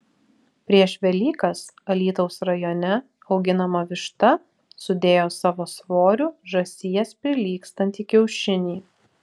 prieš velykas alytaus rajone auginama višta sudėjo savo svoriu žąsies prilygstantį kiaušinį